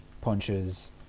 punches